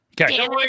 Okay